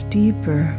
deeper